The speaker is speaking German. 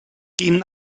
gehen